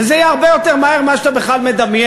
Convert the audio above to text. וזה יהיה הרבה יותר מהר ממה שאתה בכלל מדמיין.